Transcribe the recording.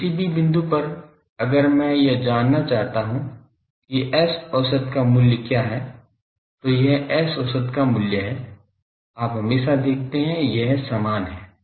तो किसी भी बिंदु पर अगर मैं यह जानना चाहता हूं कि S औसत का मूल्य क्या है तो यह S औसत का मूल्य है आप हमेशा देखते हैं यह समान है